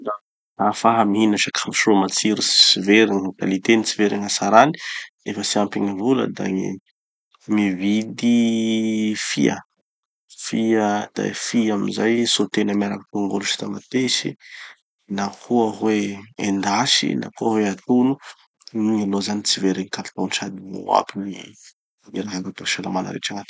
Mba hahafaha mihina sakafo soa matsiro, tsy very gny qualité-ny tsy very gny hatsarany nofa tsy ampy gny vola da gny mividy fia. Fia t- fia amizay sôtena miaraky tongolo sy tamatesy, na koa hoe endasy na koa hoe atono. Gny ronono moa zany tsy very gny kalitaony sady mbo ampy gny otrikaina ara-pahasalamana rehetra agnatiny ao.